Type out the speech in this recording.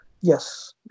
Yes